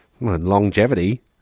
Longevity